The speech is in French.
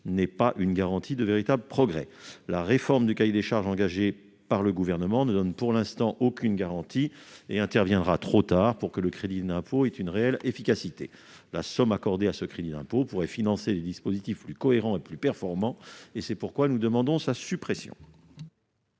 n'est pas la garantie d'un véritable progrès. La réforme du cahier des charges engagée par le Gouvernement ne donne pour l'instant aucune garantie et interviendra trop tard pour que le crédit d'impôt ait une réelle efficacité. La somme accordée à ce crédit d'impôt pourrait financer des dispositifs plus cohérents et plus performants ; c'est pourquoi nous en demandons la suppression.